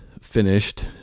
finished